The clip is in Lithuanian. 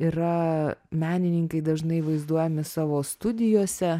yra menininkai dažnai vaizduojami savo studijose